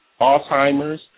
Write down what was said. Alzheimer's